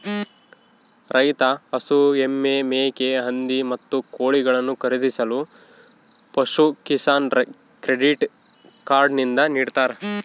ರೈತ ಹಸು, ಎಮ್ಮೆ, ಮೇಕೆ, ಹಂದಿ, ಮತ್ತು ಕೋಳಿಗಳನ್ನು ಖರೀದಿಸಲು ಪಶುಕಿಸಾನ್ ಕ್ರೆಡಿಟ್ ಕಾರ್ಡ್ ನಿಂದ ನಿಡ್ತಾರ